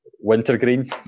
Wintergreen